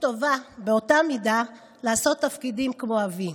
טובה באותה מידה לעשות תפקידים כמו אבי.